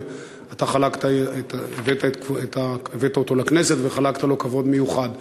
ואתה הבאת אותו לכנסת וחלקת לו כבוד מיוחד.